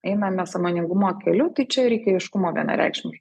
einame sąmoningumo keliu tai čia reikia aiškumo vienareikšmiš